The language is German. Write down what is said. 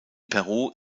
peru